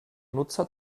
nutzer